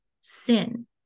sin